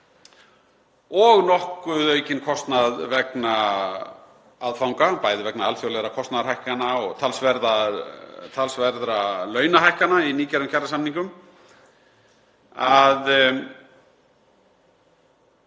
og nokkuð aukinn kostnað vegna aðfanga, bæði vegna alþjóðlegra kostnaðarhækkana og talsverðra launahækkana í nýgerðum kjarasamningum,